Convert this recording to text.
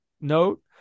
note